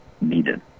needed